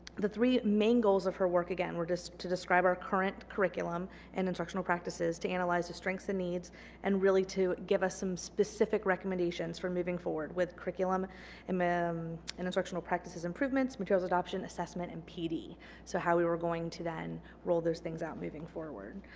the three main goals of her work again were just to describe our current curriculum and instructional practices to analyze the strengths and needs and really to give us some specific recommendations for moving forward with curriculum um ah um and and instructional practices improvements materials adoption assessment and pd so how we were going to then roll those things out moving forward.